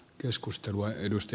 arvoisa puhemies